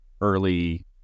early